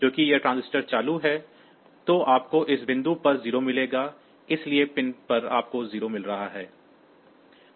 क्योंकि यह ट्रांजिस्टर चालू है तो आपको इस बिंदु पर एक 0 मिलेगा इसलिए पिन पर आपको 0 मिल रहा है